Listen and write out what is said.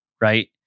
right